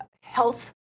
health